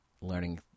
learning